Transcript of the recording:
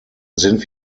sind